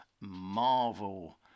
Marvel